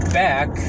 back